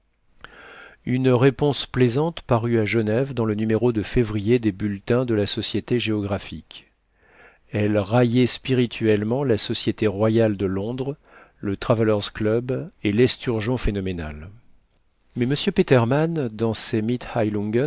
une réponse plaisante parut à genève dans le numéro de février des bulletins de la société géographique elle raillait spirituellement la société royale de londres le traveller's club et l'esturgeon phénoménal mais m petermann dans ses